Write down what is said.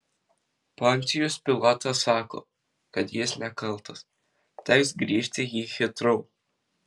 poncijus pilotas sako kad jis nekaltas teks grįžti į hitrou